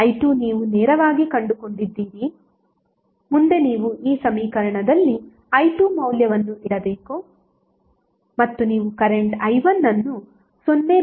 i2 ನೀವು ನೇರವಾಗಿ ಕಂಡುಕೊಂಡಿದ್ದೀರಿ ಮುಂದೆ ನೀವು ಈ ಸಮೀಕರಣದಲ್ಲಿ i2 ಮೌಲ್ಯವನ್ನು ಇಡಬೇಕು ಮತ್ತು ನೀವು ಕರೆಂಟ್ i1 ಅನ್ನು 0